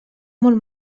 molt